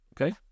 okay